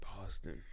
Boston